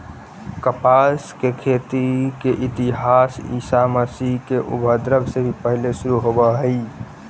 कपास के खेती के इतिहास ईसा मसीह के उद्भव से भी पहिले शुरू होवऽ हई